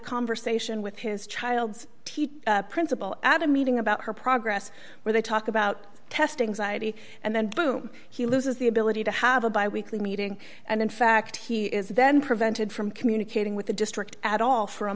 conversation with his child's teacher principal at a meeting about her progress where they talk about testings id and then boom he loses the ability to have a bi weekly meeting and in fact he is then prevented from communicating with the district at all for a